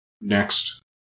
Next